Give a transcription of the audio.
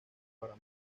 para